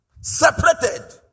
separated